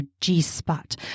G-spot